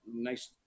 nice